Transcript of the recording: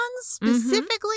specifically